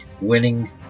winning